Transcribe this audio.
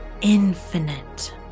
infinite